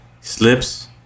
slips